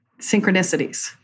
synchronicities